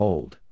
Old